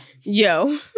Yo